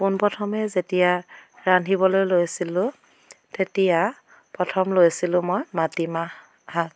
পোন প্ৰথমে যেতিয়া ৰান্ধিবলৈ লৈছিলোঁ তেতিয়া প্ৰথম লৈছিলোঁ মই মাটি মাহ শাক